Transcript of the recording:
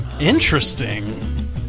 Interesting